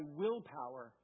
willpower